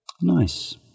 Nice